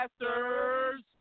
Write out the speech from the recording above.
Masters